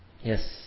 Yes